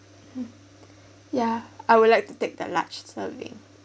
mm ya I would like to take the large serving